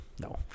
No